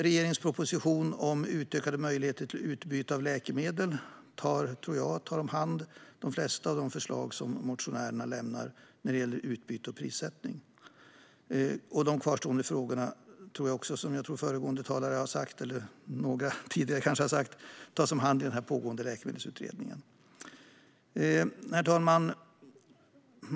Regeringens proposition om utökade möjligheter till utbyte av läkemedel tror jag tar hand om de flesta av de förslag som motionärerna lämnar när det gäller utbyte och prissättning. De kvarstående frågorna tror jag också, vilket några tidigare talare har sagt, tas om hand i den pågående läkemedelsutredningen. Herr talman!